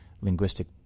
linguistic